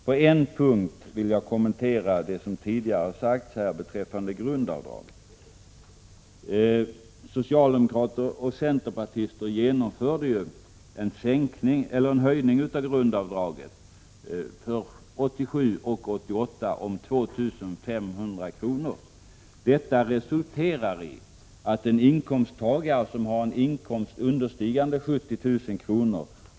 På en punkt vill jag kommentera det som tidigare har sagts här beträffande grundavdraget. Socialdemokrater och centerpartister genomförde ju en höjning av grundavdraget för 1987 och 1988 om 2 500 kr. Detta resulterar i att en inkomsttagare som har en inkomst understigande 70 000 kr.